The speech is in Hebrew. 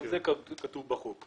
גם זה כתוב בחוק.